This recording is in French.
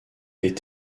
est